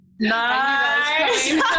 Nice